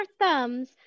thumbs